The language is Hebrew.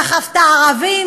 דחפת את הערבים,